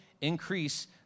increase